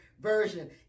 version